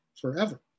forever